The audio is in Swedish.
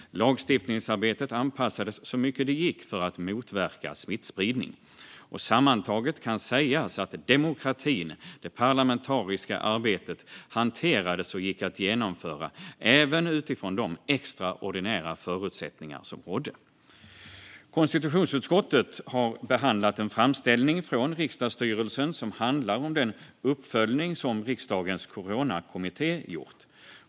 Lagstiftningsarbetet anpassades så mycket det gick för att motverka smittspridning. Sammantaget kan sägas att demokratin och det parlamentariska arbetet hanterades och gick att genomföra även under de extraordinära förutsättningar som rådde. Konstitutionsutskottet har behandlat en framställning från riksdagsstyrelsen som handlar om den uppföljning som Riksdagens coronakommitté gjort.